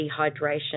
dehydration